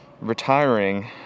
retiring